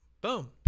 boom